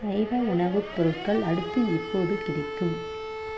சைவ உணவுப் பொருட்கள் அடுத்து எப்போது கிடைக்கும்